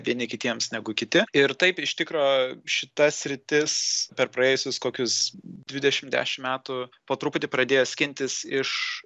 vieni kitiems negu kiti ir taip iš tikro šita sritis per praėjusius kokius dvidešim dešim metų po truputį pradėjo skintis iš